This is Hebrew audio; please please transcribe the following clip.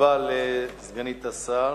תודה רבה לסגנית השר.